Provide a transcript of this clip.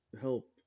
help